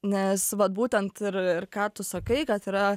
nes vat būtent ir ir ką tu sakai kad yra